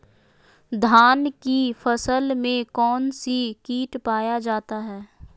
धान की फसल में कौन सी किट पाया जाता है?